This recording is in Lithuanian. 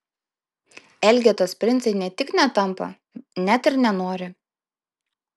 elgetos princai ne tik netampa net ir nenori